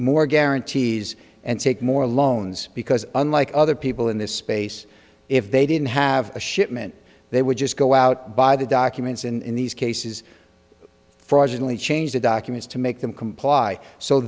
more guarantees and take more loans because unlike other people in this space if they didn't have a shipment they would just go out buy the documents in these cases fraudulent change the documents to make them comply so